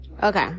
Okay